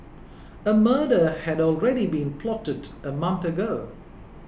a murder had already been plotted a month ago